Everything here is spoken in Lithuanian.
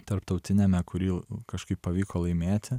tarptautiniame kurį kažkaip pavyko laimėti